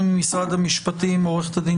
ממשרד המשפטים נמצאים איתנו עורכת הדין